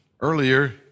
earlier